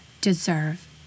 deserve